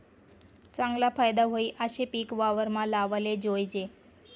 चागला फायदा व्हयी आशे पिक वावरमा लावाले जोयजे